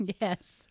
yes